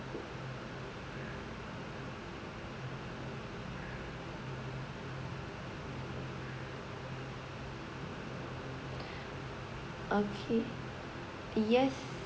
okay yes